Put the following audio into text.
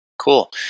Cool